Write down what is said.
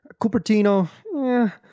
Cupertino